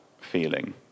feeling